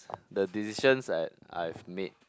the decisions that I've made